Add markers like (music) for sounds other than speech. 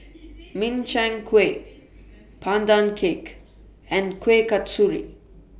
(noise) Min Chiang Kueh Pandan Cake and Kueh Kasturi